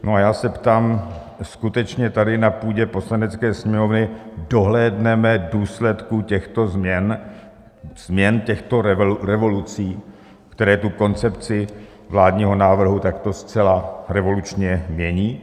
A já se ptám: skutečně tady na půdě Poslanecké sněmovny dohlédneme důsledků těchto změn, změn těchto revolucí, které tu koncepci vládního návrhu takto zcela revolučně mění?